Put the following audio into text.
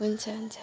हुन्छ हुन्छ